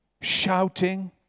shouting